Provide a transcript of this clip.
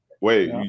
Wait